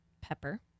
pepper